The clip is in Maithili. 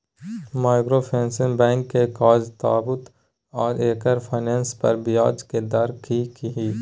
माइक्रोफाइनेंस बैंक के काज बताबू आ एकर फाइनेंस पर ब्याज के दर की इ?